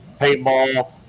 paintball